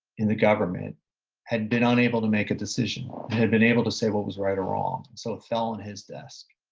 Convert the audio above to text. in the government had been unable to make a decision, they had been unable to say what was right or wrong. and so it fell on his desk.